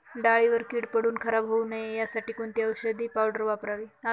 डाळीवर कीड पडून खराब होऊ नये यासाठी कोणती औषधी पावडर वापरावी?